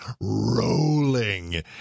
rolling